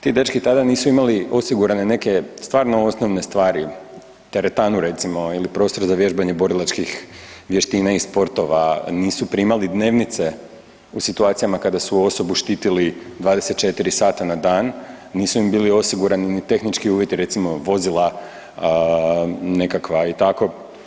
Ti dečki tada nisu imali osigurane neke stvarno osnovne stvari, teretanu recimo ili prostor za vježbanje borilačkih vještina i sportova, nisu primali dnevnice u situacijama kada su osobu štitili 24 sata na dan, nisu im bili osigurani ni tehnički uvjeti, recimo vozila nekakva i tako.